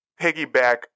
piggyback